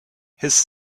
his